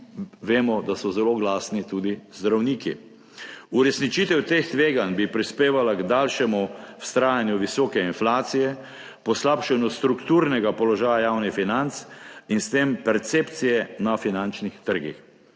vemo, da so zelo glasni tudi zdravniki. Uresničitev teh tveganj bi prispevala k daljšemu vztrajanju visoke inflacije, poslabšanju strukturnega položaja javnih financ in s tem percepcije na finančnih trgih.